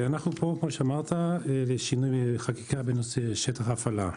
אנחנו פה לשינוי חקיקה בנושא שטח הפעלה.